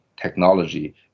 technology